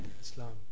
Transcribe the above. Islam